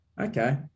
okay